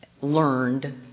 learned